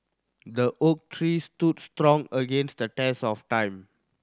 the oak tree stood strong against the test of time